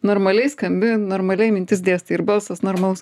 normaliai skambi normaliai mintis dėstai ir balsas normalus